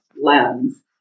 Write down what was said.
lens